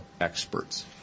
experts